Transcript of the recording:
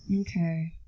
Okay